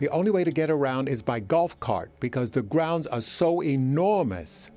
the only way to get around is by golf cart because the grounds are so enormous